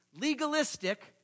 legalistic